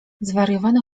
zwariowany